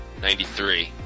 93